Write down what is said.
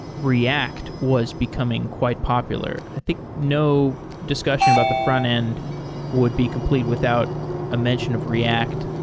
react was becoming quite popular. i think no discussion about the front-end would be complete without a mention of react.